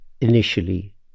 initially